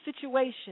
situation